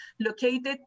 located